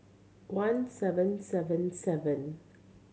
one seven seven seven